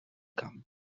camp